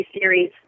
series